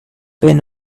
been